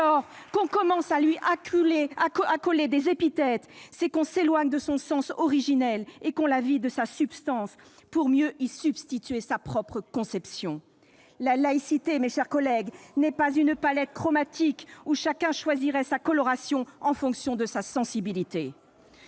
lors que l'on commence à lui accoler des épithètes, c'est que l'on s'éloigne de son sens originel et qu'on la vide de sa substance pour mieux y substituer sa propre conception. Exactement ! Mes chers collègues, la laïcité n'est pas une palette chromatique dans laquelle chacun choisirait sa coloration en fonction de sa sensibilité.